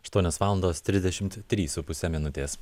aštuonios valandos trisdešimt trys su puse minutės